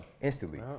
Instantly